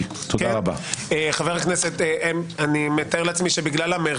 כתוב עליו --- 26, 27. אז אני לא יודע על מה את